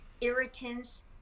irritants